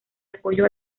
apoyo